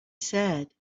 said